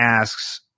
asks